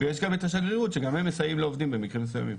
ויש גם את השגרירות שגם הם מסייעים לעובדים במקרים מסוימים.